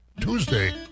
Tuesday